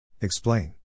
Explain